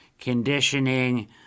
conditioning